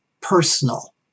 personal